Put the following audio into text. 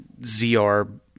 ZR